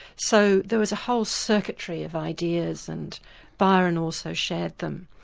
so there was a whole circuitry of ideas and byron also shared them.